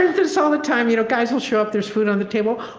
this all the time? you know guys will show up. there's food on the table.